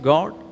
God